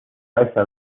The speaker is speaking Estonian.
asja